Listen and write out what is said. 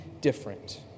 different